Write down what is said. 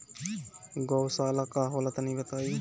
गौवशाला का होला तनी बताई?